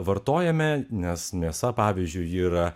vartojame nes mėsa pavyzdžiui ji yra